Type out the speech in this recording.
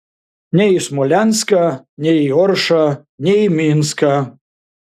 nei į smolenską nei į oršą nei į minską